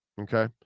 Okay